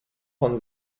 von